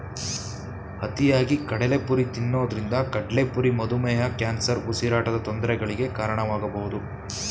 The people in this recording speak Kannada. ಅತಿಯಾಗಿ ಕಡಲೆಪುರಿ ತಿನ್ನೋದ್ರಿಂದ ಕಡ್ಲೆಪುರಿ ಮಧುಮೇಹ, ಕ್ಯಾನ್ಸರ್, ಉಸಿರಾಟದ ತೊಂದರೆಗಳಿಗೆ ಕಾರಣವಾಗಬೋದು